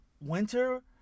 winter